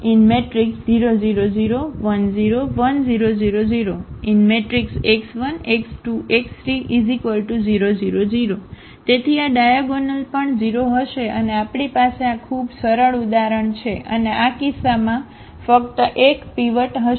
0 0 0 1 0 1 0 0 0 x1 x2 x3 0 0 0 તેથી આ diagonal પણ 0 હશે અને આપણી પાસે આ ખૂબ સરળ ઉદાહરણ છે અને આ કિસ્સામાં ફક્ત 1 પીવટ હશે